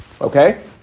Okay